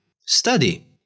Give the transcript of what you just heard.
Study